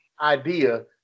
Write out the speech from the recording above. idea